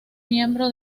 miembro